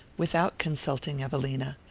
without consulting evelina,